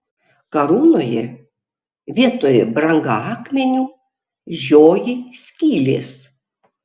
karūnoje vietoj brangakmenių žioji skylės